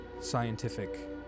scientific